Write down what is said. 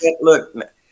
Look